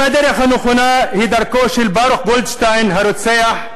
אם הדרך הנכונה היא דרכו של ברוך גולדשטיין הרוצח,